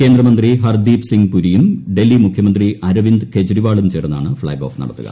കേന്ദ്രമന്ത്രി ഹർദീപ്സിങ് പുരിയും ഡൽഹി മുഖ്യമന്ത്രി അരവിന്ദ് കെജ്രിവാളും ചേർന്നാണ് ഫ്ളാഗ് ഓഫ് നടത്തുക